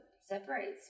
separates